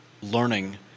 learning